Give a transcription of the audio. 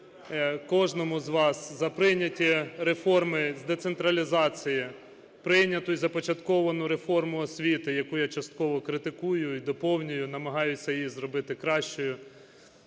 кожному з вас за прийняті реформи з децентралізації, прийняту і започатковану реформу освіти, яку я частково критикую і доповнюю і намагаюся її зробити кращою.